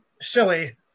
silly